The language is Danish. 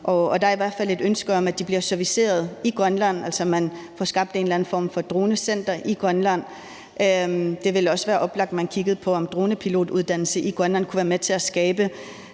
Der er i hvert fald et ønske om, at de bliver serviceret i Grønland, at man altså får skabt en eller anden form for dronecenter i Grønland. Det vil også være oplagt, at man kiggede på, om en dronepilotuddannelse i Grønland kunne være med til at skabe